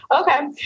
Okay